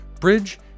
Bridge